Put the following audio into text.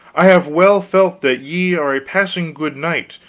i have well felt that ye are a passing good knight,